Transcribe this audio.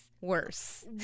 worse